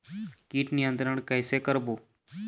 कीट नियंत्रण कइसे करबो?